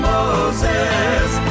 Moses